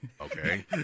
okay